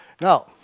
Now